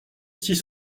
six